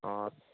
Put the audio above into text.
অ